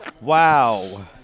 Wow